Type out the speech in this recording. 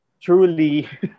truly